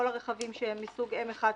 כל הרכבים מסוג M1,